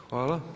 Hvala.